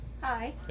hi